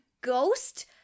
ghost